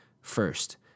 First